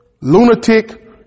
lunatic